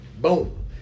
Boom